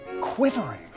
quivering